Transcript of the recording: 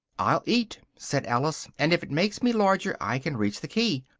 i'll eat, said alice, and if it makes me larger, i can reach the key,